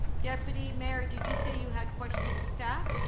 deputy mayor, did you say you had questions of staff?